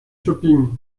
shopping